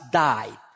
died